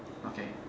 okay